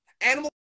Animal